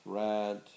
red